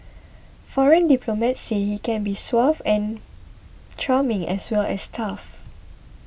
foreign diplomats say he can be suave and charming as well as tough